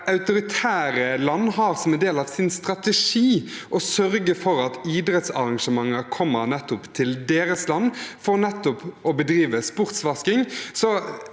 autoritære land har som en del av sin strategi å sørge for at idrettsarrangementer kommer til nettopp deres land for å bedrive sportsvasking,